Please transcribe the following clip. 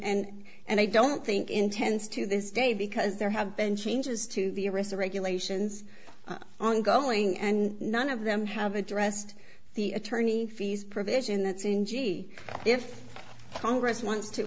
and and i don't think intends to this day because there have been changes to the arista regulations on going and none of them have addressed the attorney fees provision that's in gee if congress wants to